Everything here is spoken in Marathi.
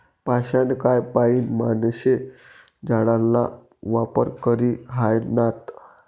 पाषाणकाय पाईन माणशे जाळाना वापर करी ह्रायनात